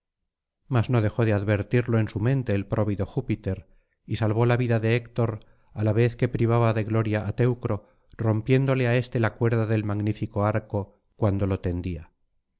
mas no dejó de advertirlo en su mente el próvido júpiter y salvó la vida de héctor á la vez que privaba de gloria á teucro rompiéndole á éste la cuerda del magnífico arco cuando lo tendía